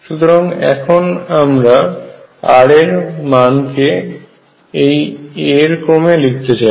সুতরাং এখন আমরা r এর মান কে এই a এর ক্রমে লিখতে চাই